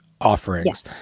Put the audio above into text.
offerings